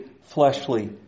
fleshly